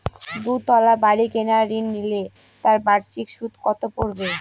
দুতলা বাড়ী কেনার ঋণ নিলে তার বার্ষিক সুদ কত পড়বে?